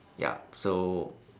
yup so